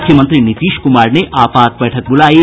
मूख्यमंत्री नीतीश कुमार ने आपात बैठक बूलायी